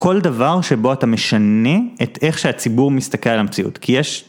כל דבר שבו אתה משנה את איך שהציבור מסתכל על המציאות, כי יש